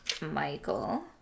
michael